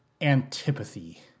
antipathy